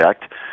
Act